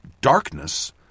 darkness